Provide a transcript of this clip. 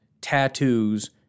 tattoos